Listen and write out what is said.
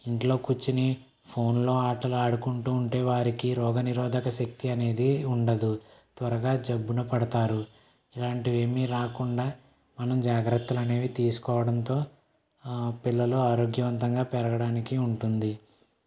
ఇంట్లో కూర్చుని ఫోన్లో ఆటలాడుకుంటూ ఉంటే వారికి రోగనిరోధక శక్తి అనేది ఉండదు త్వరగా జబ్బున పడతారు ఇలాంటివి ఏమీ రాకుండా మనం జాగ్రత్తలు అనేవి తీసుకోవడంతో పిల్లలు ఆరోగ్యవంతంగా పెరగడానికి ఉంటుంది